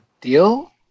deal